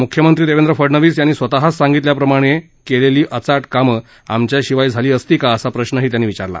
मुख्यमंत्री फडनवीस यांनी स्वतःच सांगितल्याप्रमाणे केलेली अचाट कामं आमच्याशिवाय झाली असती का असा प्रश्नही त्यांनी विचारला